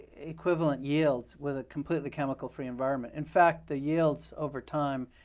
equivalent yields with a completely chemical free environment. in fact, the yields over time,